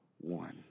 one